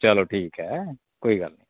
चलो ठीक ऐ ऐं कोई गल्ल निं